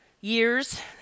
years